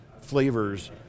flavors